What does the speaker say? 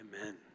amen